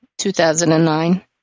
2009